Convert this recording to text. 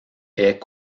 est